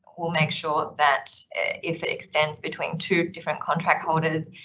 we'll make sure that if it extends between two different contract holders, ah,